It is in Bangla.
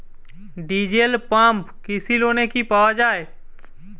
ডিজেল পাম্প কৃষি লোনে কি পাওয়া য়ায়?